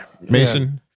Mason